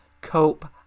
Cope